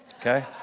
okay